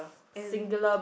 and